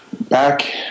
back